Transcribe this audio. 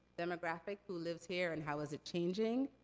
demographic, who lives here, and how is that changing?